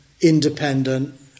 independent